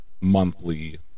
monthly